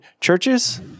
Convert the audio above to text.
churches